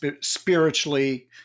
spiritually